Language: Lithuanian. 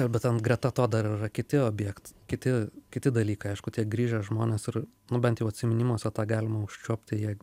bet ten greta to dar yra kiti objektai kiti kiti dalykai aišku tie grįžę žmonės ir nu bent jau atsiminimuose tą galima užčiuopti jie